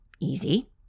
Easy